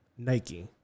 Nike